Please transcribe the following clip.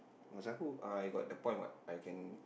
pasal aku uh I got the point [what] I can